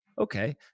Okay